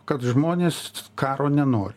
kad žmonės karo nenori